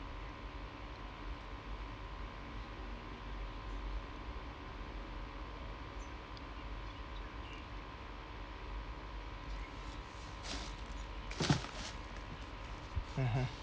mmhmm